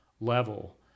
level